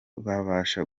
babasha